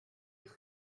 eich